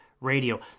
Radio